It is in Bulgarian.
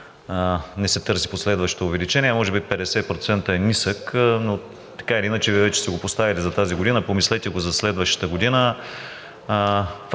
не се търси последващо увеличение. Може би 50% е нисък, но така или иначе Вие вече сте го поставили за тази година, помислете го за следващата година.